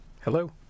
Hello